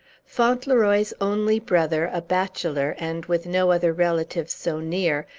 fauntleroy's only brother, a bachelor, and with no other relative so near,